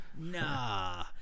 Nah